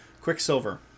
Quicksilver